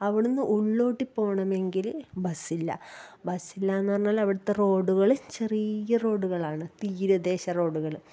അവിടുന്നു ഉള്ളൂട്ടി പോകണമെങ്കിൽ ബസ്സില്ല ബസ്സില്ലാന്ന് പറഞ്ഞാലവിടുത്തെ റോഡുകള് ചെറിയ റോഡുകളാണ് തീരദേശ റോഡുകള്